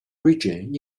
region